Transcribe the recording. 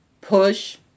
push